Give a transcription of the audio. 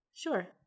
Sure